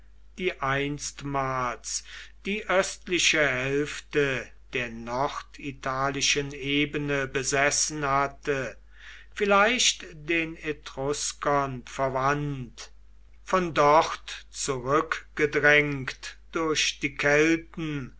die einstmals die östliche hälfte der norditalischen ebene besessen hatte vielleicht den etruskern verwandt von dort zurückgedrängt durch die kelten